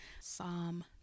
Psalm